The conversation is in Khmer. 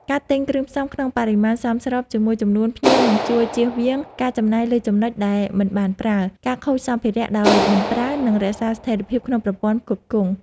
ការទិញគ្រឿងផ្សំក្នុងបរិមាណសមស្របជាមួយចំនួនភ្ញៀវក៏ជួយចៀសវាងការចំណាយលើចំណុចដែលមិនបានប្រើ ការខូចសំភារៈដោយមិនប្រើ និងរក្សាស្ថេរភាពក្នុងប្រព័ន្ធផ្គត់ផ្គង់។